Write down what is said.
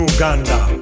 Uganda